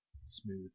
smooth